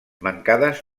mancades